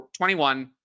21